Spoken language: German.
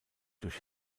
durch